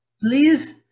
please